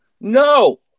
No